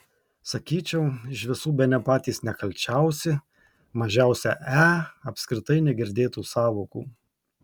sakyčiau iš visų bene patys nekalčiausi mažiausia e apskritai negirdėtų sąvokų